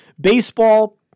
Baseball